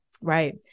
Right